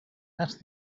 ask